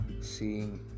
seeing